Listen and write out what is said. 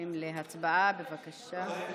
הולכים להצבעה, בבקשה.